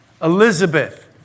Elizabeth